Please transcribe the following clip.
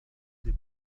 des